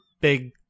big